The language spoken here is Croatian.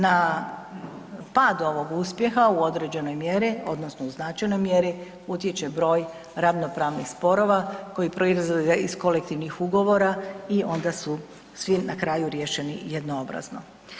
Na pad ovog uspjeha u određenoj mjeri odnosno u značajnoj mjeri, utječe broj ravnopravnih sporova koji proizlaze iz kolektivnih ugovora i onda su svi na kraju riješeni jednoobrazno.